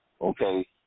okay